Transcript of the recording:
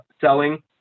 selling